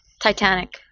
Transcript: Titanic